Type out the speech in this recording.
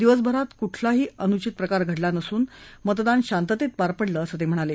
दिवसभरात कुठंही अनुचित प्रकार घडला नसून मतदान शांततेत पार पडलं असं ते म्हणाले